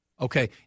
okay